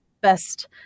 best